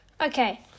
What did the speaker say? Okay